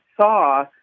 saw